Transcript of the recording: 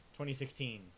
2016